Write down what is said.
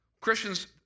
Christians